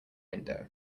window